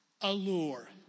allure